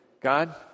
God